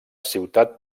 ciutat